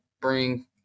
bring